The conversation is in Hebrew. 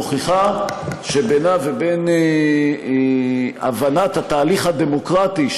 מוכיחה שבינה ובין הבנת התהליך הדמוקרטי,